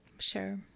sure